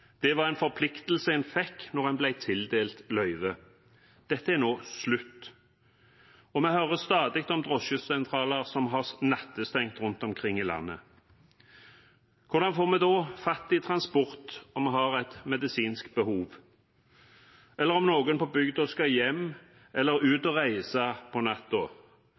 Det var en forpliktelse man fikk da man ble tildelt løyvet. Dette er nå slutt. Vi hører også stadig om drosjesentraler som har nattestengt rundt omkring i landet. Hvordan får vi da fatt i transport om vi har et medisinsk behov, eller om noen på bygda skal hjem eller ut og reise på